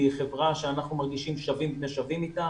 היא חברה שאנחנו מרגישים שווים בני שווים איתה.